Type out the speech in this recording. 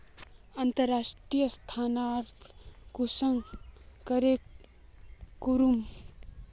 अंतर्राष्टीय स्थानंतरण कुंसम करे करूम?